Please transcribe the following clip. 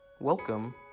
Welcome